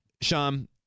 Sean